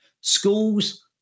Schools